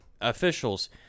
officials